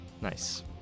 Nice